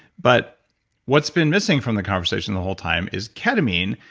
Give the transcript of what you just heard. but what's been missing from the conversation the whole time is ketamine,